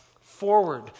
forward